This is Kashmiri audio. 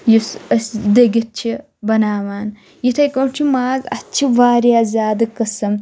یُس أسۍ دٔگِتھ چھِ بَناوان یِتھٕے پٲٹھۍ چھُ ماز اَتھ چھِ واریاہ زیادٕ قٕسٕم